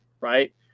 right